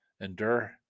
endure